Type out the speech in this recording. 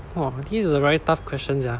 !wah! this is a very tough question sia